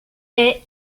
est